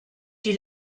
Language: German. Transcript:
die